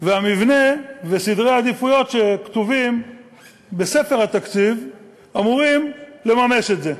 המבנה וסדרי העדיפויות שכתובים בספר התקציב אמורים לממש את זה.